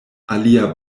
alia